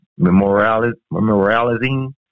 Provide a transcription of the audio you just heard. memorializing